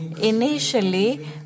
Initially